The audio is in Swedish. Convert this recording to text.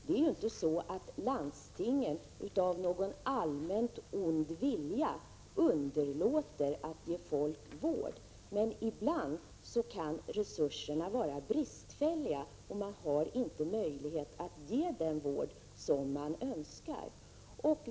Landstingen underlåter inte av någon allmän ond vilja att ge folk vård, men ibland kan resurserna vara bristfälliga, och man har inte möjlighet att ge den vård som man önskar.